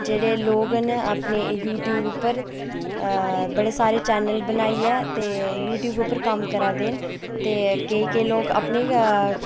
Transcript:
जेह्ड़े लोक न अपनी यूट्यूब उप्पर बड़े सारे चैनल बनाइयै ते यूट्यूब उप्पर कम्म करा दे ते केईं केईं लोक अपने गै